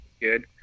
Good